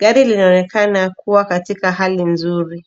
Gari linaonekana kuwa katika hali nzuri.